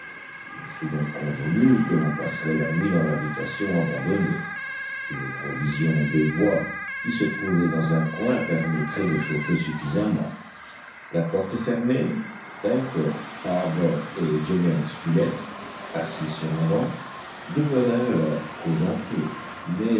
il fut donc convenu que l'on passerait la nuit dans l'habitation abandonnée qu'une provision de bois qui se trouvait dans un coin permettrait de chauffer suffisamment la porte fermée pencroff harbert et gédéon spilett assis sur un banc demeurèrent là causant peu mais